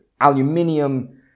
Aluminium